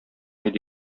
иде